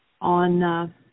on